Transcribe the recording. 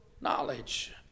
knowledge